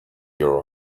your